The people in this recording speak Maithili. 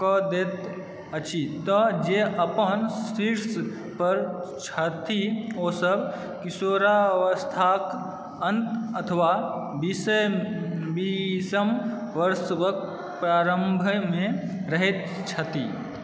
कऽ दैत अछि तँ जे अपन शीर्ष पर छथि ओ सब किशोरावस्थाक अन्त अथवा बीसम वर्षक प्रारम्भमे रहैत छथि